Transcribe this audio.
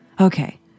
Okay